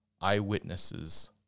eyewitnesses